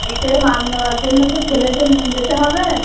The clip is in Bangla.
ফিতের মাপ নেওয়ার জন্য কি ছেলেকে নিয়ে যেতে হবে